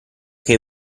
che